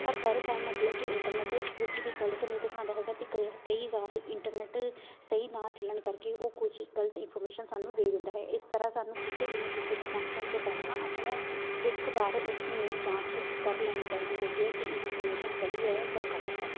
ਪਰ ਹਰ ਟਾਈਮ ਮਤਲਬ ਕਿ ਇੰਟਰਨੈੱਟ ਕੁਛ ਵੀ ਗਲਤ ਨਹੀਂ ਦਿਖਾਉਂਦਾ ਹੈਗਾ ਅਤੇ ਕ ਹ ਕਈ ਵਾਰ ਇੰਟਰਨੈੱਟ ਸਹੀ ਨਾ ਚੱਲਣ ਕਰਕੇ ਉਹ ਕੁਛ ਗਲਤ ਇਨਫੋਰਮੇਸ਼ਨ ਸਾਨੂੰ ਦੇ ਦਿੰਦਾ ਹੈ ਇਸ ਤਰ੍ਹਾਂ ਸਾਨੂੰ ਕਿਸੇ ਵੀ ਨਤੀਜੇ 'ਤੇ ਪਹੁੰਚਣ ਤੋਂ ਪਹਿਲਾਂ ਆਪਣਾ ਇੱਕ ਵਾਰ ਉਸ ਨੂੰ ਜਾਂਚ ਕਰ ਲੈਣੀ ਚਾਹੀਦੀ ਹੈਗੀ ਹੈ ਕਿ ਇਨਫੋਰਮੇਸ਼ਨ ਸਹੀ ਹੈ ਜਾਂ ਗਲਤ ਹੈ